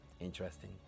interesting